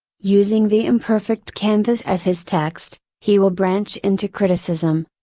using the imperfect canvas as his text, he will branch into criticism,